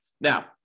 Now